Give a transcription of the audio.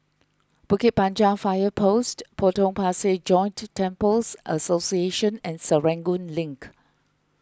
Bukit Panjang Fire Post Potong Pasir Joint Temples Association and Serangoon Link